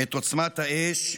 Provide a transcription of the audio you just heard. את עוצמת האש,